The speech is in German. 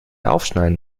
aufschneiden